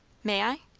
may i?